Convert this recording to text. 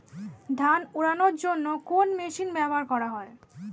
ধান উড়ানোর জন্য কোন মেশিন ব্যবহার করা হয়?